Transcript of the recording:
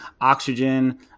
Oxygen